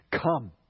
come